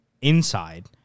inside